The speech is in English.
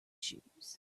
shoes